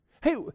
Hey